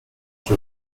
she